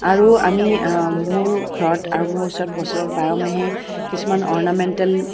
আৰু আমি মোৰ ঘৰত আৰু মোৰ ওচৰত বছৰত বাৰ মাহে কিছুমান অৰ্নামেণ্টেল